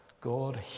God